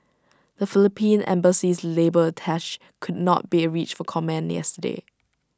the Philippine Embassy's labour attache could not be reached for comment yesterday